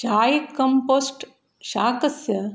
चाय् compost शाकस्य